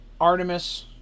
Artemis